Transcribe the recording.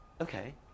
Okay